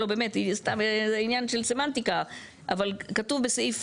זה עניין של סמנטיקה, אבל כתוב בסעיף